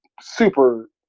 super